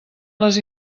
les